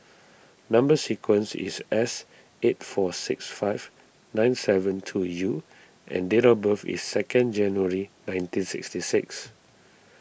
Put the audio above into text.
Number Sequence is S eight four six five nine seven two U and date of birth is second January nineteen sixty six